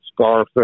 Scarface